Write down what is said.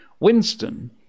Winston